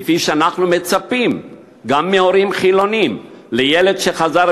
כפי שאנחנו מצפים גם מהורים חילונים לילד שחזר